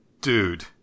Dude